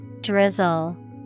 Drizzle